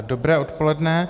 Dobré odpoledne.